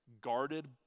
guarded